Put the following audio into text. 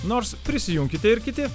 nors prisijunkite ir kiti